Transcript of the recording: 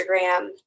Instagram